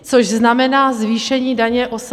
Což znamená zvýšení daně OSVČ.